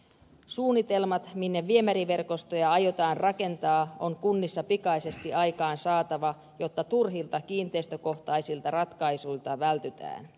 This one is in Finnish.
suunnitelmat minne viemäriverkostoja aiotaan rakentaa on kunnissa pikaisesti aikaansaatava jotta turhilta kiinteistökohtaisilta ratkaisuilta vältytään